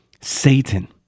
Satan